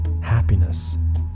happiness